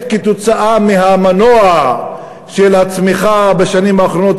בגלל המנוע של הצמיחה בשנים האחרונות,